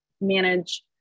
manage